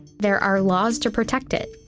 there are laws to protect it.